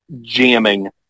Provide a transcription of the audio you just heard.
jamming